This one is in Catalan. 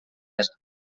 certesa